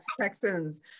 texans